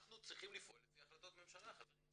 אנחנו צריכים לפעול לפי החלטות ממשלה, חברים.